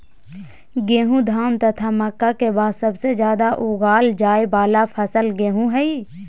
गेहूं, धान तथा मक्का के बाद सबसे ज्यादा उगाल जाय वाला फसल आलू हइ